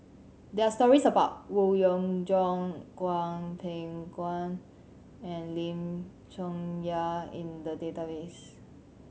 there are stories about Howe Yoon Chong Hwang Peng Guan and Lim Chong Yah in the database